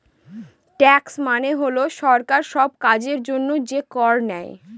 tax মানে হল সরকার সব কাজের জন্য যে কর নেয়